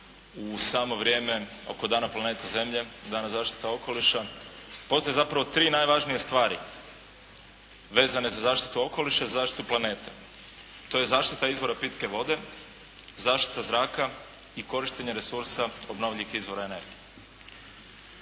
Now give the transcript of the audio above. u samo vrijeme oko Dana planeta Zemlje, Dana zaštite okoliša poznaje ustvari tri najvažnije stvari vezane za zaštitu okoliša i zaštitu planeta. To je zaštita izvora pitke vode, zaštita zraka i korištenje resursa obnovljivih izvora energije.